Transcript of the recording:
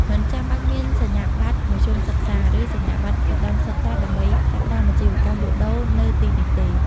មិនចាំបាច់មានសញ្ញាបត្រមធ្យមសិក្សា ឬសញ្ញាបត្រឧត្ដមសិក្សាដើម្បីចាប់ផ្តើមអាជីវកម្មលក់ដូរនៅទីនេះទេ។